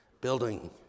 building